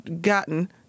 gotten